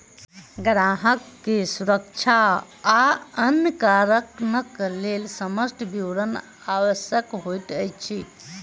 ग्राहक के सुरक्षा आ अन्य कारणक लेल समस्त विवरण आवश्यक होइत अछि